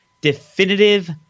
definitive